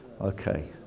okay